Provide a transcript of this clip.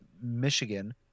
Michigan